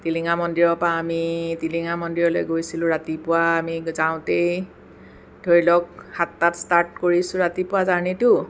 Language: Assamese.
টিলিঙা মন্দিৰৰ পৰা আমি টিলিঙা মন্দিৰলৈ গৈছিলোঁ ৰাতিপুৱা আমি যাওঁতেই ধৰিলওঁক আমি সাতটাত ষ্টাৰ্ট কৰিছোঁ ৰাতিপুৱা জাৰ্ণিটো